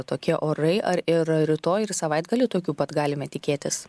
tokie orai ar ir rytoj ir savaitgalį tokių pat galime tikėtis